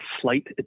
flight